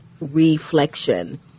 reflection